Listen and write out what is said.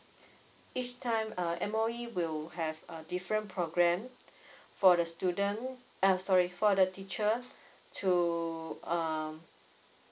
each time err M_O_E will have a different programme for the student eh sorry for the teacher to um